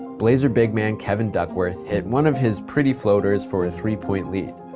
blazer big man kevin duckworth hit one of his pretty floaters for a three-point lead.